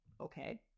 okay